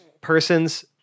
persons –